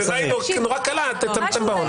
אז תצמצם בעונש.